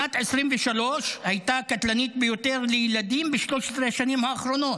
שנת 2023 הייתה הקטלנית ביותר לילדים ב-13 השנים האחרונות.